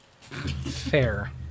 Fair